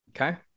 Okay